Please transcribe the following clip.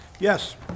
Yes